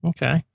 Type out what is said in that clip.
Okay